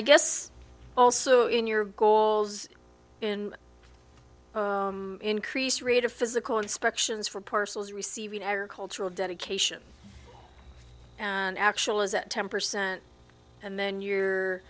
i guess also in your goals and increased rate of physical inspections for parcels receiving agricultural dedication and actual is at ten percent and then you're